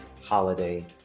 holiday